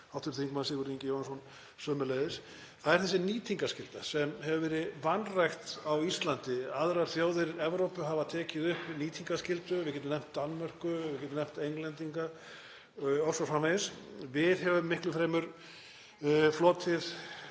og raunar hv. þm. Sigurður Ingi Jóhannsson sömuleiðis, og það er þessi nýtingarskylda sem hefur verið vanrækt á Íslandi. Aðrar þjóðir Evrópu hafa tekið upp nýtingarskyldu; við getum nefnt Dani og við getum nefnt Englendinga o.s.frv. Við höfum miklu fremur flotið